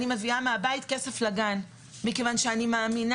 אני מביאה מהבית כסף לגן מכיוון שאני מאמינה